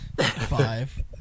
Five